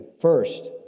First